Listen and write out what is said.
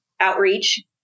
outreach